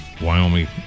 Wyoming